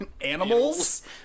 animals